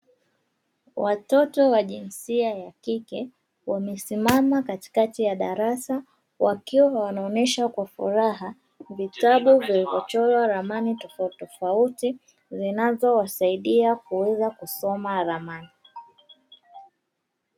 Watoto wa jinsia ya kike wamesimama katikati ya darasa wakiwa wanaonesha kwa furaha vitabu vilivyochorwa ramani tofauti tofauti zinazowasaidia kuweza kusoma ramani.